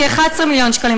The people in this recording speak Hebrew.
כ-11 מיליון שקלים.